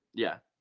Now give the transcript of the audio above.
yeah.